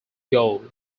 goal